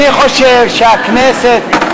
אני חושב שהכנסת,